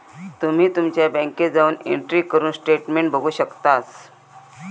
तुम्ही तुमच्या बँकेत जाऊन एंट्री करून स्टेटमेंट बघू शकतास